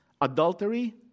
Adultery